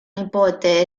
nipote